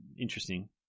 Interesting